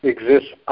Exists